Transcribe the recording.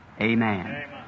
amen